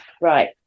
Right